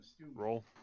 Roll